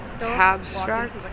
abstract